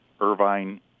Irvine